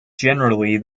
generally